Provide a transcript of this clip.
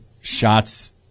shots